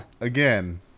again